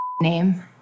name